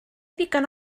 ddigon